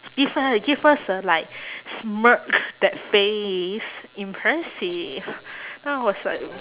give her give her s~ like smirk that face impressive then I was like